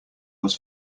was